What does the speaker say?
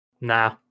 Nah